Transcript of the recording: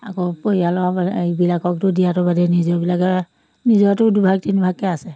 আকৌ পৰিয়ালৰ পৰা ইবিলাককতো দিয়াতো বাদেই নিজৰবিলাকে নিজৰটো দুভাগ তিনিভাগকৈ আছে